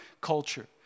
culture